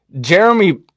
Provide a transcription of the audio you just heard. Jeremy